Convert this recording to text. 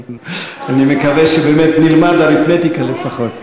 אני מקווה שבאמת נלמד אריתמטיקה לפחות.